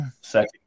Second